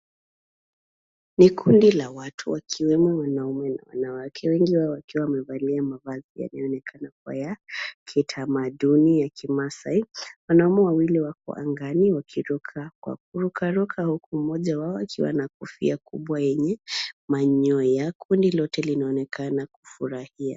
Ni kundi la watu wakiwemo wanaume na wanawake wengi waowakiwa wamevalia mavazi yaliyoonekana kuwa ya kitamaduni ya kimaasai. Wanaume wawili wako angani wakiruka kwa kuruka ruka huku mmoja wao akiwa na kofia kubwa yenye manyoya. Kundi lote linaonekana kufurahia.